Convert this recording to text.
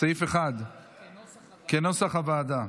סעיף 1 כנוסח הוועדה.